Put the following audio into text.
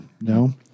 No